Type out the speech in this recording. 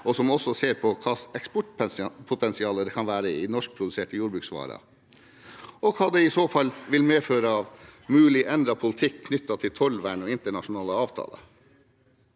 og som også ser på hva slags eksportpotensial det kan være i norskproduserte jordbruksvarer, og hva det i så fall vil medføre av mulig endret politikk knyttet til tollvern og internasjonale avtaler.